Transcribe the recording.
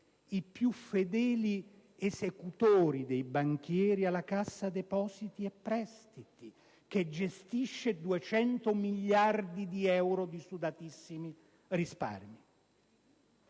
i più fedeli esecutori dei banchieri alla Cassa depositi e prestiti, che gestisce 200 miliardi di euro di sudatissimi risparmi.